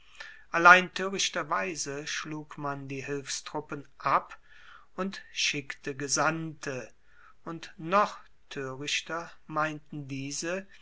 allein toerichterweise schlug man die hilfstruppen ab und schickte gesandte und noch toerichter meinten diese